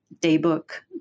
Daybook